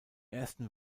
ersten